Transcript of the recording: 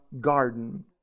garden